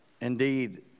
indeed